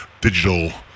digital